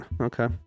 okay